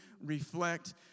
reflect